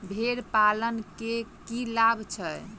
भेड़ पालन केँ की लाभ छै?